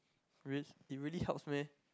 rea~ it really helps meh